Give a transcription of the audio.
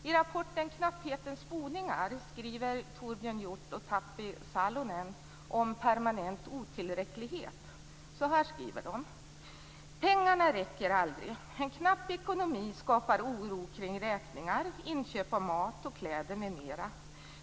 I rapporten Knapphetens boningar skriver Torbjörn Hjort och Tapio Salonen om permanent otillräcklighet: "Pengarna räcker aldrig, en knapp ekonomi skapar oro kring räkningar, inköp av mat och kläder m.m.